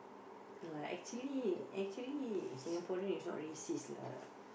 like actually actually Singaporean is not racist lah